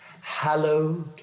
hallowed